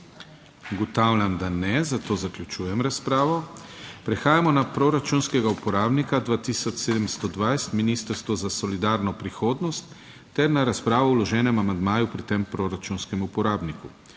Ugotavljam, da ne, zato zaključujem razpravo. Prehajamo na proračunskega uporabnika 2720, Ministrstvo za solidarno prihodnost ter na razpravo o vloženem amandmaju pri tem proračunskem uporabniku.